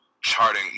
charting